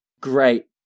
great